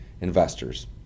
investors